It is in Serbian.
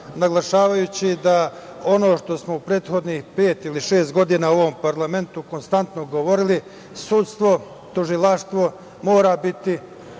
naglašavajući da ono što smo u prethodnih pet ili šest godina u ovom parlamentu konstantno govorili – sudstvo i tužilaštvo moraju biti